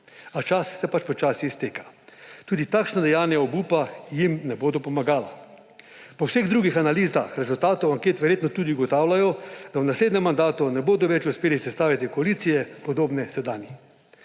a čas se pač počasi izteka. Tudi takšna dejanja obupa jim ne bodo pomagala. Po vseh drugih analizah rezultatov anket verjetno tudi ugotavljajo, da v naslednjem mandatu ne bodo več uspeli sestaviti koalicije, podobne sedanji.